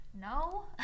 no